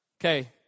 Okay